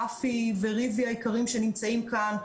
רפי וריבי היקרים שנמצאים כאן,